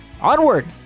Onward